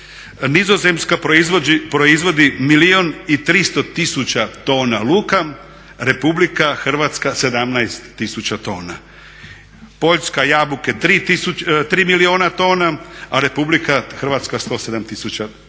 Nizozemska proizvodi milijun i 300 tisuća tona luka, Republika Hrvatska 17 tisuća tona. Poljska jabuke 3 milijuna tona a Republika Hrvatska 107 tisuća tona.